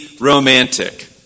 romantic